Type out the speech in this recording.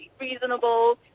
reasonable